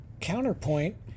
Counterpoint